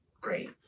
great